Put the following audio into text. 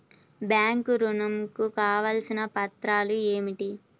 Bank ఋణం కు కావలసిన పత్రాలు ఏమిటి?